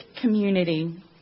community